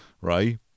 Right